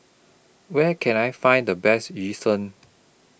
Where Can I Find The Best Yu Seng